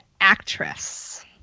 actress